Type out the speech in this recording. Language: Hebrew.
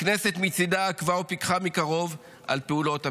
הכנסת מצידה עקבה ופיקחה מקרוב על פעולות הממשלה.